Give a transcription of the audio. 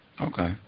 Okay